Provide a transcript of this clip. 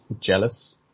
jealous